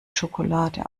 schokolade